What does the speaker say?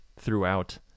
throughout